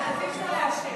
אז אי-אפשר לאשר.